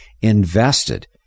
invested